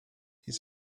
his